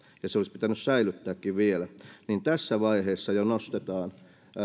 ja se olisi pitänyt säilyttääkin vielä niin jo tässä vaiheessa lähtökohtatilanteessa nostetaan